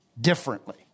differently